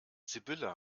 sibylle